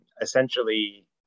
essentially